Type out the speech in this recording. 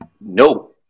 No